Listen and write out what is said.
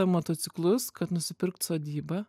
motociklus kad nusipirkt sodybą